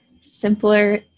Simpler